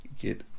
get